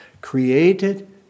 created